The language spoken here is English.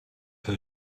her